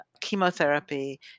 chemotherapy